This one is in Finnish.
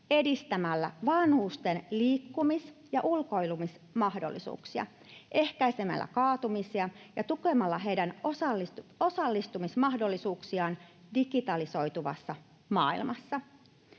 edistämällä vanhusten liikkumis- ja ulkoilumahdollisuuksia, ehkäisemällä kaatumisia ja tukemalla heidän osallistumismahdollisuuksiaan digitalisoituvassa maailmassa.